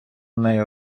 нею